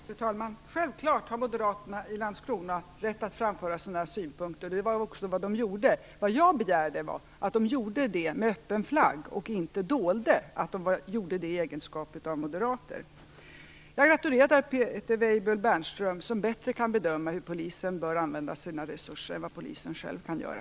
Fru talman! Självklart har moderaterna i Landskrona rätt att framföra sina synpunkter, och det var också vad de gjorde. Vad jag begärde var att de gjorde det under öppen flagg och inte dolde att de gjorde det i egenskap av moderater. Jag gratulerar Peter Weibull Bernström, som bättre kan bedöma hur polisen bör använda sina resurser än vad polisen själv kan göra.